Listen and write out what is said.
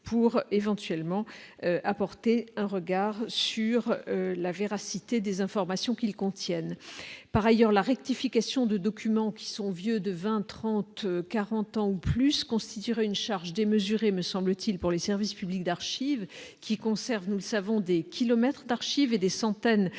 pour éventuellement apporter un regard sur la véracité des informations qu'ils contiennent par ailleurs la rectification de documents qui sont vieux de 20, 30, 40 ans ou plus, constituerait une charge démesuré, me semble-t-il, pour les services publics d'archives qui conserve, nous le savons, des kilomètres d'archives et des centaines de